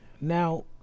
now